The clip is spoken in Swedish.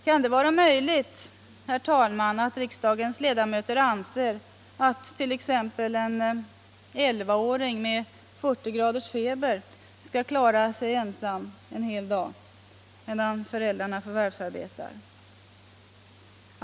Kan det vara möjligt, herr talman, att riksdagens ledamöter anser att t.ex. en elvaåring med 40 graders feber skall klara sig ensam en hel dag medan föräldrarna förvärvsarbetar?